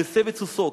הוא הסב את סוסו,